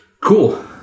Cool